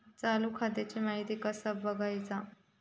चालू खात्याची माहिती कसा बगायचा?